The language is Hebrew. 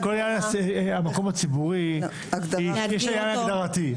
כל עניין המקום הציבורי, יש עניין הגדרתי.